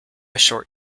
short